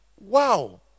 Wow